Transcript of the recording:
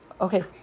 okay